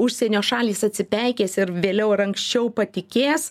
užsienio šalys atsipeikės ir vėliau ar anksčiau patikės